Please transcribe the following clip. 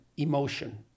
emotion